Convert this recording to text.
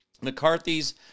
McCarthy's